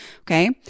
Okay